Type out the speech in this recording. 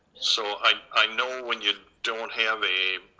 so i know when you don't have a